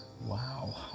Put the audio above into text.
Wow